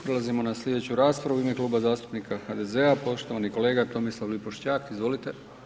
Prelazimo na slijedeću raspravu, u ime Kluba zastupnika HDZ-a, poštovani kolega Tomislav Lipošćak, izvolite.